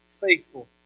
faithful